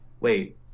Wait